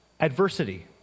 adversity